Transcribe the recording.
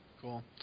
Cool